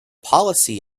policy